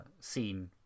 scene